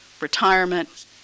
retirement